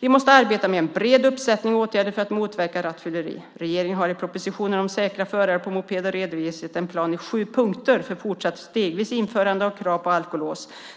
Vi måste arbeta med en bred uppsättning åtgärder för att motverka rattfylleri. Regeringen har i propositionen om säkra förare på mopeder redovisat en plan i sju punkter för fortsatt stegvis införande av krav på alkolås.